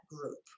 group